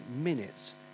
minutes